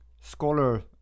scholar